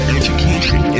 education